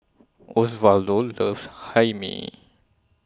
Osvaldo loves Hae Mee